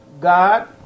God